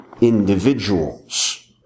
individuals